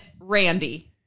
randy